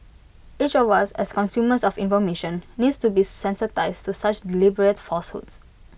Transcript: each of us as consumers of information needs to be sensitised to such deliberate falsehoods